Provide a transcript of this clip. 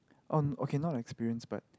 oh okay now experience but